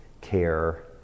care